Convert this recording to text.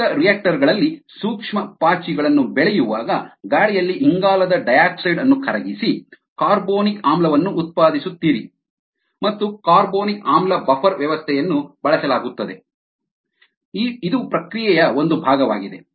ಜೈವಿಕರಿಯಾಕ್ಟರ್ ಗಳಲ್ಲಿ ಸೂಕ್ಷ್ಮ ಪಾಚಿಗಳನ್ನು ಬೆಳೆಯುವಾಗ ಗಾಳಿಯಲ್ಲಿ ಇಂಗಾಲದ ಡೈಆಕ್ಸೈಡ್ ಅನ್ನು ಕರಗಿಸಿ ಕಾರ್ಬೊನಿಕ್ ಆಮ್ಲವನ್ನು ಉತ್ಪಾದಿಸುತ್ತೀರಿ ಮತ್ತು ಕಾರ್ಬೊನಿಕ್ ಆಮ್ಲ ಬಫರ್ ವ್ಯವಸ್ಥೆಯನ್ನು ಬಳಸಲಾಗುತ್ತದೆ ಇದು ಪ್ರಕ್ರಿಯೆಯ ಒಂದು ಭಾಗವಾಗಿದೆ